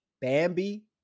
Bambi